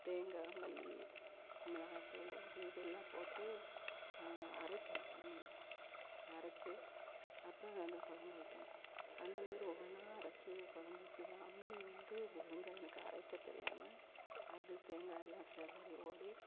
தேங்காய் மல்லி மிளகாய்த்தூளு அது இதெல்லாம் போட்டு ச அரைக்கணும் அம்மியில் அரைச்சி அப்புறம் அந்த கொழம்பு வைக்கணும் அந்தமாதிரி ஒவ்வொன்னாக அரைச்சி கொழம்பு வெச்சி தான் அம்மி வந்து ஒழுங்கா எனக்கு அரைக்க தெரியாமல் அது தேங்காய்லாம் சிதறி ஓடி